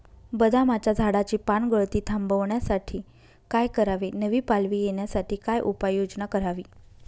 बदामाच्या झाडाची पानगळती थांबवण्यासाठी काय करावे? नवी पालवी येण्यासाठी काय उपाययोजना करावी?